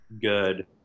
good